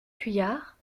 fuyards